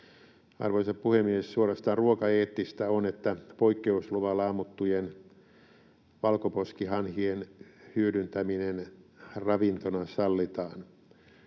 Arvoisa puhemies! Suorastaan ruokaeettistä on, että poikkeusluvalla ammuttujen valkoposkihanhien hyödyntäminen ravintona sallitaan.